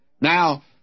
Now